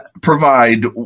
provide